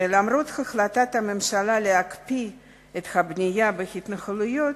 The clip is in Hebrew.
ולמרות החלטת הממשלה להקפיא את הבנייה בהתנחלויות,